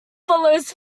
follows